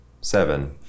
Seven